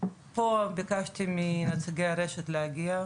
פה ביקשתי מנציגי הרשת להגיע,